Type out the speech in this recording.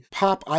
pop